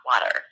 water